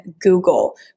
Google